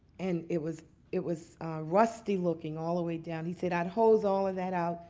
and it was it was rusty looking all the way down. he said, i'd hose all of that out.